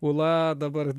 ūla dabar